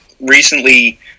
recently